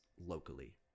locally